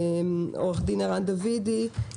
עורך דין ערן דוידי,